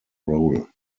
role